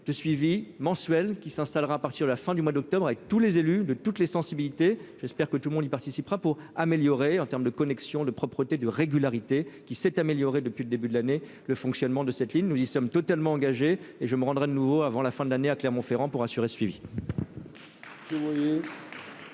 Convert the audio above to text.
de suivi mensuel qui s'installera à partir de la fin du mois d'octobre, avec tous les élus de toutes les sensibilités, j'espère que tout le monde y participera pour améliorer en termes de connexion de propreté de régularité qui s'est améliorée depuis le début de l'année, le fonctionnement de cette ligne, nous y sommes totalement engagée et je me rendrai de nouveau avant la fin de l'année à Clermont-Ferrand pour assurer suivi.